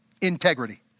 Integrity